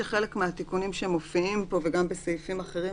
חלק מהתיקונים שמופיעים פה וגם בסעיפים אחרים,